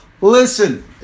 listen